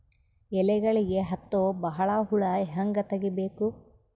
ಎಲೆಗಳಿಗೆ ಹತ್ತೋ ಬಹಳ ಹುಳ ಹಂಗ ತೆಗೀಬೆಕು?